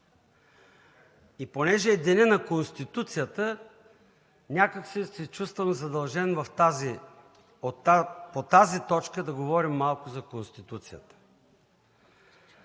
Понеже е Денят на Конституцията, някак си се чувствам задължен по тази точка да говорим малко за Конституцията.